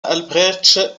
albrecht